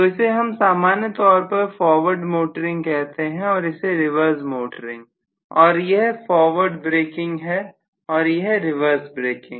तो इसे हम सामान्य तौर पर फॉरवर्ड मोटरिंग कहते हैं और इसे रिवर्स मोटरिंग और यह फॉरवर्ड ब्रेकिंग है और यह रिवर्स ब्रेकिंग